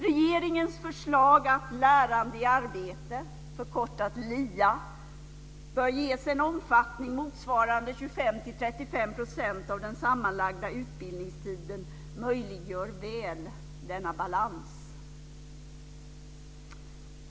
Regeringens förslag att lärande i arbete, LIA, bör ges en omfattning motsvarande 25-35 % av den sammanlagda utbildningstiden möjliggör väl denna balans.